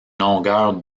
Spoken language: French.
longueur